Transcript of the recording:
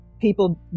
people